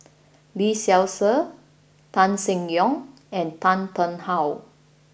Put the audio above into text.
Lee Seow Ser Tan Seng Yong and Tan Tarn How